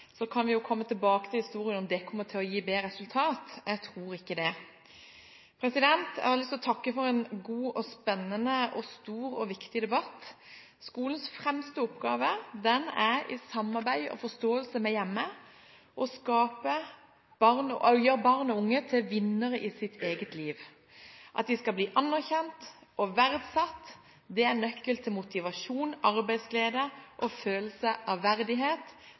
kan jo komme tilbake til historien med tanke på om det kommer til å gi bedre resultater. Jeg tror ikke det. Jeg har lyst til å takke for en god, spennende, stor og viktig debatt. Skolens fremste oppgave er, i samarbeid og forståelse med hjemmet, å gjøre barn og unge til vinnere i sitt eget liv. At de blir anerkjent og verdsatt, er nøkkelen til motivasjon, arbeidsglede og følelse av verdighet.